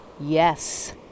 Yes